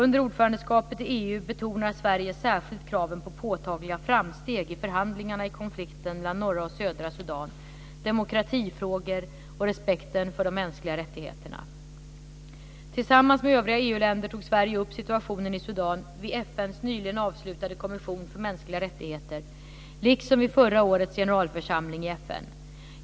Under ordförandeskapet i EU betonar Sverige särskilt kraven på påtagliga framsteg i förhandlingarna i konflikten mellan norra och södra Sudan, demokratifrågor och respekt för de mänskliga rättigheterna. Tillsammans med övriga EU-länder tog Sverige upp situationen i Sudan vid FN:s nyligen avslutade kommission för mänskliga rättigheter, liksom vid förra årets generalförsamling i FN.